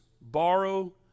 Borrow